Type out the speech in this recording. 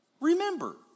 Remember